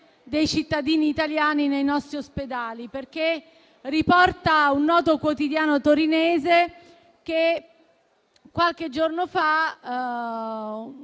dei cittadini italiani nei nostri ospedali. Come riporta un noto quotidiano torinese, qualche giorno fa un